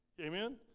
Amen